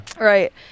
right